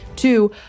Two